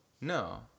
No